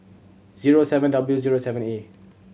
zero seven W zero seven A